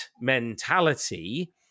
mentality